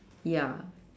ya